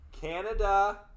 Canada